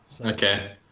Okay